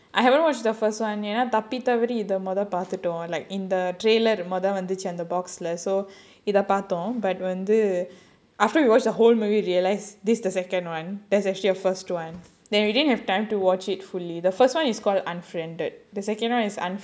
I haven't watch the first one ஏனா தப்பித்தவறி இதை மொத பார்த்துட்டோம் இந்த:yaenaa thappithavari idha motha paarthutom indha like in the trailer மொத வந்துச்சு இந்த:motha vandhuchu indha after we watch the whole movie we realise this the second one there's actually a first one then we didn't have time to watch it fully the first one is called unfriended the second round is unfriended